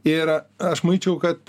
ir aš manyčiau kad